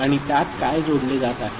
आणि त्यात काय जोडले जात आहे